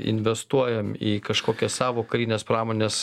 investuojam į kažkokias savo karinės pramonės